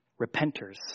repenters